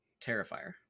terrifier